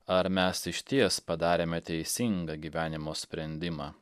ar mes išties padarėme teisingą gyvenimo sprendimą